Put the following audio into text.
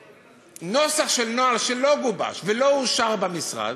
נוסח של נוהל שלא גובש ולא אושר במשרד,